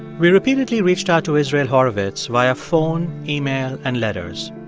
we repeatedly reached out to israel horovitz via phone, email and letters.